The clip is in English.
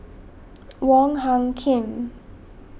Wong Hung Khim